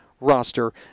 roster